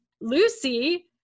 Lucy